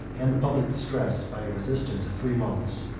and the public distress, by a resistance of three months,